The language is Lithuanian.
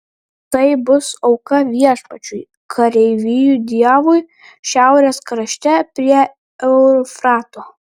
tai bus auka viešpačiui kareivijų dievui šiaurės krašte prie eufrato